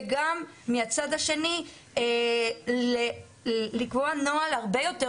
וגם מהצד השני לקבוע נוהל הרבה יותר